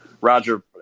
Roger